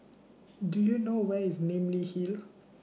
Do YOU know Where IS Namly Hill